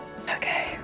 Okay